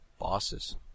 bosses